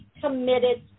committed